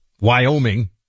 wyoming